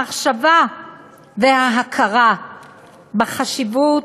המחשבה וההכרה בחשיבות,